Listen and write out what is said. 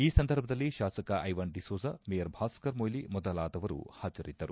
ಈ ಸಂಧರ್ಭದಲ್ಲಿ ಶಾಸಕ ಐವನ್ ಡಿ ಸೋಜಾ ಮೇಯರ್ ಭಾಸ್ಕರ್ ಮೊಯ್ಲಿ ಮೊದಲಾದವರು ಹಾಜರಿದ್ದರು